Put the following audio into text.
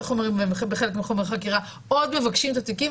החומרים וחלק מהחומר החקירה עוד מבקשים את התיקים,